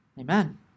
Amen